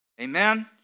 Amen